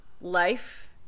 Life